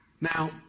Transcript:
Now